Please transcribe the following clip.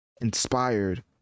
inspired